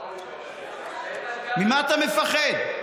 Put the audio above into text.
ממה אתה מפחד?